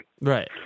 Right